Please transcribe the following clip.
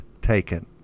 taken